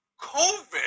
COVID